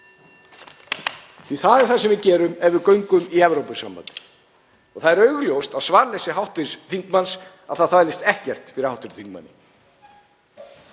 því það er það sem við gerum ef við göngum í Evrópusambandið. Það er augljóst af svarleysi hv. þingmanns að það þvælist ekkert fyrir hv. þingmanni.